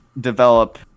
develop